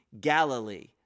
Galilee